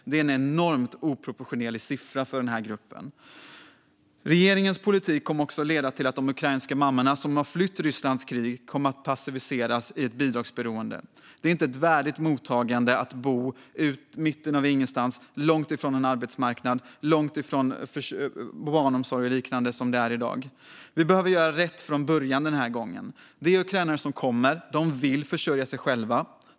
Det är en enormt oproportionerlig siffra för den här gruppen. Regeringens politik kommer också att leda till att de ukrainska mammor som har flytt Rysslands krig kommer att passiviseras i bidragsberoende. Det är inte ett värdigt mottagande att de får bo i mitten av ingenstans, långt ifrån arbetsmarknad, barnomsorg och liknande, som det är i dag. Vi behöver göra rätt från början den här gången. De ukrainare som kommer vill försörja sig själva.